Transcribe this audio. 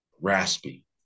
Raspy